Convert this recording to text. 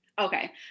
Okay